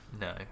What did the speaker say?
No